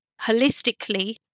holistically